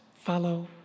Follow